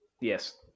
Yes